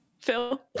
phil